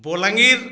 Balangir